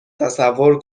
تصور